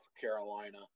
Carolina